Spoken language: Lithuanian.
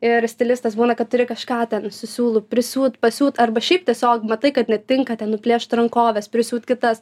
ir stilistas būna kad turi kažką ten su siūlu prisiūt pasiūt arba šiaip tiesiog matai kad netinka ten nuplėšt rankoves prisiūt kitas